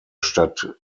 stadt